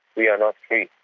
we are not free.